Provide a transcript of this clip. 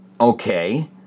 okay